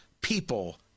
people